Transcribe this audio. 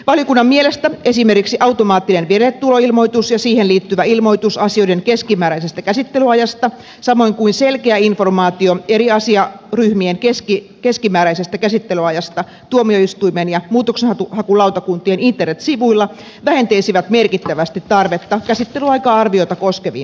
valiokunnan mielestä esimerkiksi automaattinen vireilletuloilmoitus ja siihen liittyvä ilmoitus asioiden keskimääräisestä käsittelyajasta samoin kuin selkeä informaatio eri asiaryhmien keskimääräisestä käsittelyajasta tuomioistuinten ja muutoksenhakulautakuntien internet sivuilla vähentäisivät merkittävästi tarvetta käsittelyaika arviota koskeviin pyyntöihin